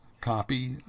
copy